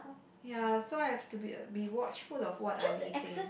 ya so I have to be uh be watchful of what I'm eating